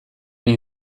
egin